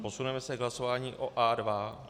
Posuneme se k hlasování o A2.